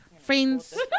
friends